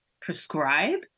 prescribe